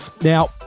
Now